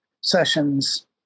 sessions